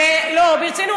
מירב,